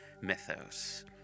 mythos